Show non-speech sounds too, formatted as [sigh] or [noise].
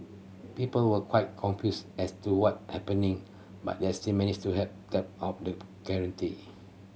people were quite confused as to what happening but they are still managed to have tap of the [unintelligible]